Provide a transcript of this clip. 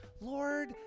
Lord